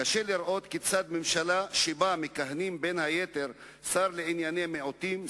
קשה לראות כיצד ממשלה שבה מכהנים בין היתר שר לענייני מיעוטים,